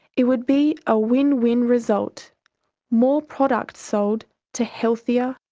it would be a win-win result more products sold to healthier,